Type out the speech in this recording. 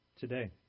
today